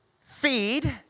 feed